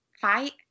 fight